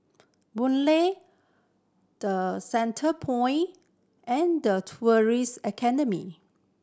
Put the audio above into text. Boon Lay The Centrepoint and The Tourism Academy